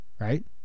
Right